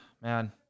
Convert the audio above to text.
man